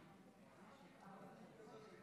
ממש נפלא.